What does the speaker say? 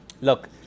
Look